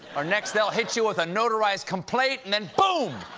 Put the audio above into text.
or next they will hit you with a not arized complaint and and boom,